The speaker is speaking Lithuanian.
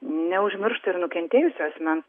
neužmiršta ir nukentėjusio asmens